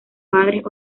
padres